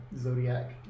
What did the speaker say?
zodiac